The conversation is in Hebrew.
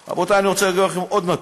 רבותי, אני רוצה להגיד לכם עוד נתון.